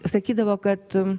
sakydavo kad